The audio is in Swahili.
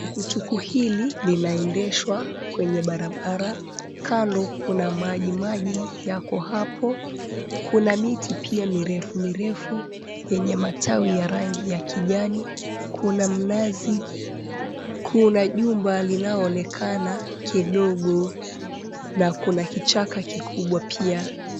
Tukutuku hili linaendeshwa kwenye barabara. Kando kuna maji maji yako hapo, kuna miti pia mirefu mirefu yenye matawi ya rangi ya kijani, kuna mnazi, kuna jumba linaloonekana kidogo na kuna kichaka kikubwa pia.